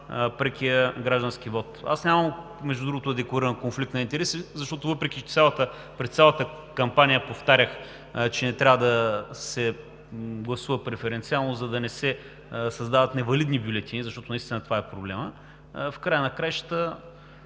прекия граждански вот. Между другото, няма да декларирам конфликт на интереси, защото въпреки че през цялата кампания повтарях, че не трябва да се гласува преференциално, за да не се създават невалидни бюлетини, защото наистина това е проблемът, в края на краищата